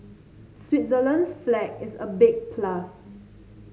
Switzerland's flag is a big plus